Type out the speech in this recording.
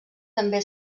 també